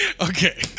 Okay